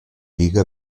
biga